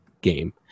game